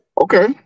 Okay